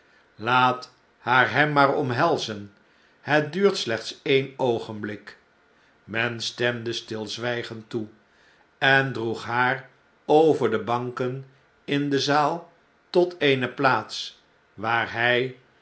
laat haar hem maar omhelzen het duurt slechts een oogenblik men stemde stilzwjjgend toe en droeg haar over de banken in de zaal tot eene plaats waar hij